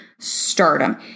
stardom